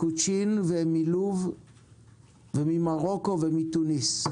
מקוצ'ין ומלוב וממרוקו ומתוניס.